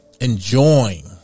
Enjoying